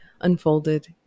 unfolded